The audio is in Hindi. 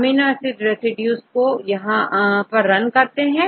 अमीनो एसिड रेसिड्यू को यहां पर रन करते हैं